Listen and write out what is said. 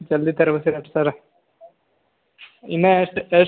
ಜಲ್ದಿ ಸರ್ರ ಇನ್ನೂ ಎಷ್ಟು ಎಷ್ಟು